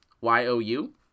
Y-O-U